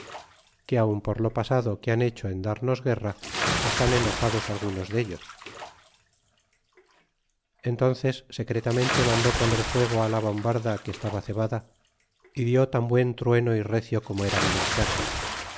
que aun por lo pasado que han hecho en darnos guerra están enojados algunos dellos entónces secretamente mandó poner fuego á la bombarda que estaba cebada y dió tan buen trueno y recio como era menester